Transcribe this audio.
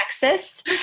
Texas